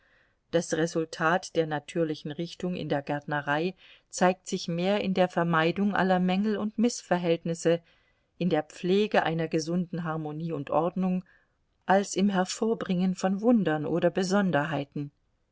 das resultat der natürlichen richtung in der gärtnerei zeigt sich mehr in der vermeidung aller mängel und mißverhältnisse in der pflege einer gesunden harmonie und ordnung als im hervorbringen von wundern oder besonderheiten